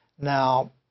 Now